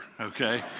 okay